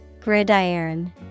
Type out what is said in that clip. Gridiron